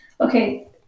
Okay